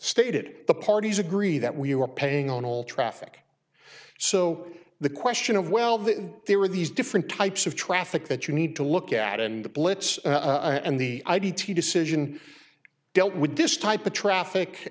stated the parties agree that we were paying on all traffic so the question of well that there were these different types of traffic that you need to look at and the blitz and the id t decision dealt with this type of traffic